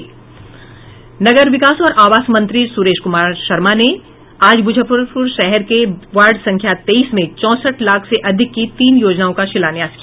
नगर विकास और आवास मंत्री सुरेश कुमार शर्मा ने आज मुजफ्फरपुर शहर के वार्ड संख्या तेईस में चौंसठ लाख से अधिक की तीन योजनाओं का शिलान्यास किया